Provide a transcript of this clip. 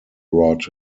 brought